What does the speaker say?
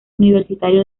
universitario